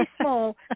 small